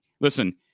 Listen